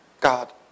God